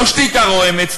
לא שתיקה רועמת,